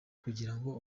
kugirango